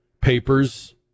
Papers